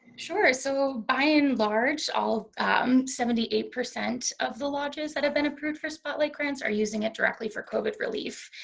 sure, so i enlarge all um seventy eight percent of the lodges that have been approved for spotlight grants are using it directly for covid relief.